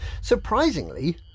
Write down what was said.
Surprisingly